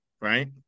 right